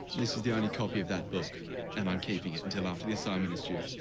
this is the only copy of that book and i'm keeping it until after the assignment is due.